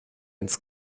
ins